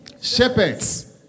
shepherds